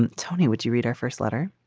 and tony, would you read our first letter?